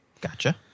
Gotcha